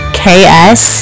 ks